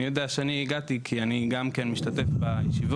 אני יודע שאני הגעתי כי אני גם כן משתתף בישיבות.